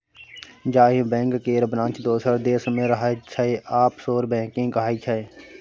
जाहि बैंक केर ब्रांच दोसर देश मे रहय छै आफसोर बैंकिंग कहाइ छै